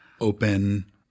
open